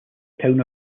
town